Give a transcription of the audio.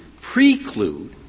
preclude